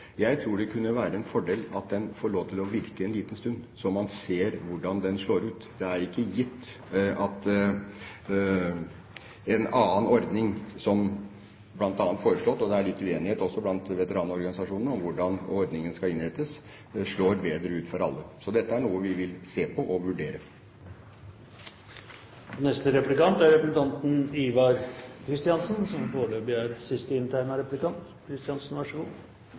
Jeg tror det kunne være en fordel at den får lov til å virke en liten stund, så man ser hvordan den slår ut. Det er ikke gitt at bl.a. en annen ordning som er foreslått – det er også litt uenighet blant veteranorganisasjonene om hvordan ordningen skal innrettes – slår bedre ut for alle. Så dette er noe vi vil se på og